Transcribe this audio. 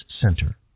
Center